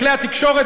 בכלי התקשורת,